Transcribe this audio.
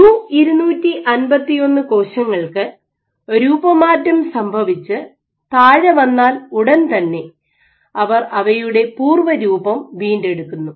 U 251 കോശങ്ങൾക്ക് രൂപമാറ്റം സംഭവിച്ച് താഴെ വന്നാൽ ഉടൻ തന്നെ അവർ അവയുടെ പൂർവ രൂപം വീണ്ടെടുക്കുന്നു